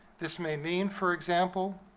this may mean, for example,